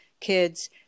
kids